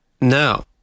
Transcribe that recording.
No